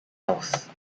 else